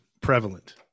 prevalent